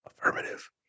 Affirmative